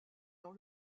dans